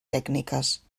tècniques